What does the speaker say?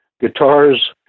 guitars